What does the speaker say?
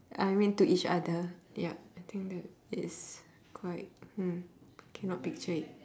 I mean to each other ya I think that is quite hmm cannot picture it